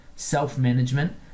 self-management